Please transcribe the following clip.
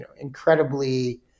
incredibly